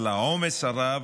על העומס הרב,